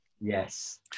Yes